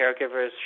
caregivers